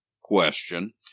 question